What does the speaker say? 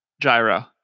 gyro